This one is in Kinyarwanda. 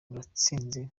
turatsinze